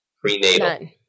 Prenatal